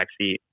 backseat